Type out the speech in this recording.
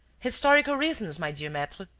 historical reasons, my dear maitre.